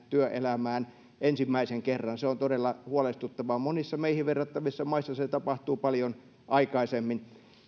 työelämään ensimmäisen kerran se on todella huolestuttavaa monissa meihin verrattavissa maissa se tapahtuu paljon aikaisemmin